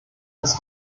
das